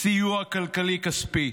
סיוע כלכלי, כספי.